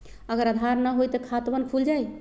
अगर आधार न होई त खातवन खुल जाई?